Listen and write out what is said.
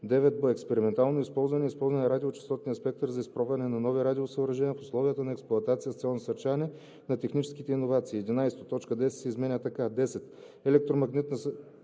9б. „Експериментално използване“ е използване на радиочестотния спектър за изпробване на нови радиосъоръжения в условията на експлоатация с цел насърчаване на техническите иновации.“ 11. Точка 10 се изменя така: „10. „Електромагнитна